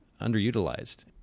underutilized